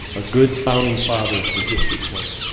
a good founding father for district twenty.